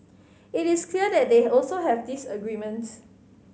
it is clear that they also have disagreements